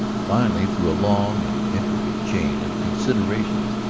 finally, through a long and intricate chain of considerations,